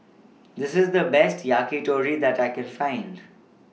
This IS The Best Yakitori that I Can Find